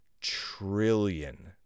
trillion